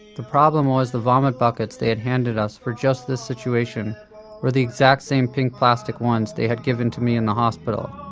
the problem was the vomit buckets they had handed us for just this situation were the exact same pink plastic ones they had given me in the hospital.